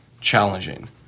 challenging